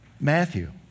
Matthew